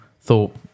thought